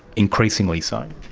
increasingly so?